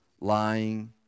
lying